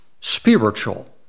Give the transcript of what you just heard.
spiritual